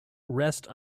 rest